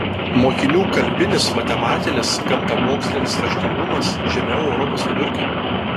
mokinių kalbinis matematinis gamtamokslinis raštingumas žemiau europos vidurkio